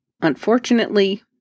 unfortunately